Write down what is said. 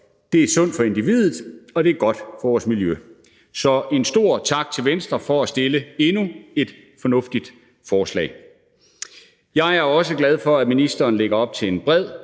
Det er sundt for individet, og det er godt for vores miljø. Så en stor tak til Venstre for at fremsætte endnu et fornuftigt forslag. Jeg er også glad for, at ministeren lægger op til en bred